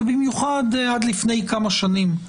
ובמיוחד עד לפני כמה שנים,